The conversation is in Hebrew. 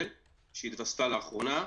שהתווספה לאחרונה,